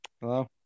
Hello